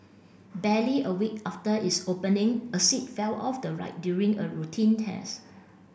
barely a week after its opening a seat fell off the ride during a routine test